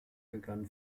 begann